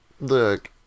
Look